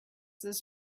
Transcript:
does